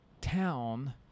town